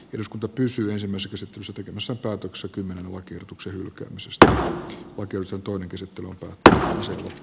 eduskunta pysyä myös asettuisi kykynsä päätökset kymmenen lakiehdotuksen hylkäämisestä oikeusjutun käsittely on puhtaasti